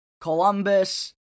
Columbus